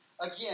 again